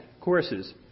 courses